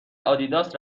آدیداس